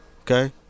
Okay